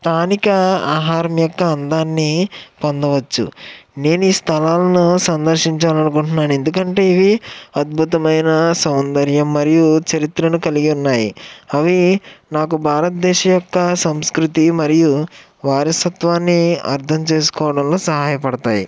స్థానిక ఆహారం యొక్క అందాన్ని పొందవచ్చు నేను ఈ స్థలాలను సందర్శించాలనుకుంటున్నాను ఎందుకంటే ఇవి అద్భుతమైన సౌందర్యం మరియు చరిత్రను కలిగి ఉన్నాయి అవి నాకు భారతదేశం యొక్క సంస్కృతి మరియు వారసత్వాన్ని అర్థం చేసుకోవడంలో సహాయపడతాయి